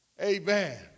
amen